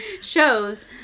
shows